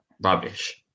rubbish